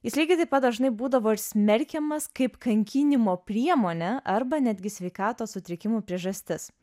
jis lygiai taip pat dažnai būdavo ir smerkiamas kaip kankinimo priemonė arba netgi sveikatos sutrikimų priežastis